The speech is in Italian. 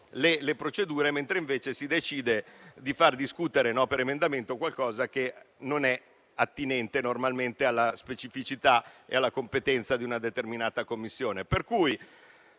le procedure, mentre si decide di far discutere, per emendamento, qualcosa che non è attinente normalmente alla specificità e alla competenza di una determinata Commissione.